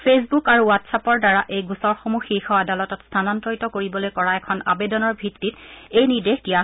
Facebook আৰু ৱাটচ্এপৰ দ্বাৰা এই গোচৰসমূহ শীৰ্ষ আদালতত স্থানান্তিৰত কৰিবলৈ কৰা এখন আবেদনৰ ভিত্তিত এই নিৰ্দেশ দিয়ে